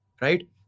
right